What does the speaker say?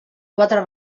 quatre